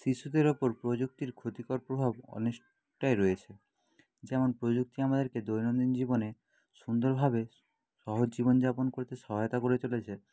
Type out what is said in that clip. শিশুদের ওপর প্রযুক্তির ক্ষতিকর প্রভাব অনেকটাই রয়েছে যেমন প্রযুক্তি আমাদেরকে দৈনন্দিন জীবনে সুন্দরভাবে সহজ জীবন যাপন করতে সহায়তা করে চলেছে